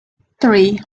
three